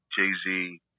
Jay-Z